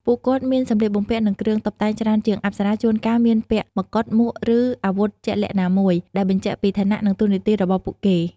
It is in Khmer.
ពួកគាត់មាន សម្លៀកបំពាក់ និងគ្រឿងតុបតែងច្រើនជាង អប្សរា ជួនកាលមានពាក់មកុដ មួក ឬអាវុធជាក់លាក់ណាមួយ ដែលបញ្ជាក់ពីឋានៈ និងតួនាទីរបស់ពួកគេ។